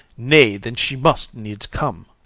nay, then she must needs come.